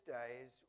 days